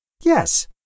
Yes